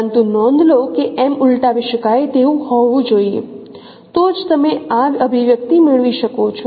પરંતુ નોંધ લો કે M ઉલટાવી શકાય તેવું હોવું જોઈએ તો જ તમે આ અભિવ્યક્તિ મેળવી શકો છો